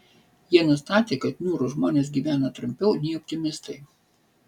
jie nustatė kad niūrūs žmonės gyvena trumpiau nei optimistai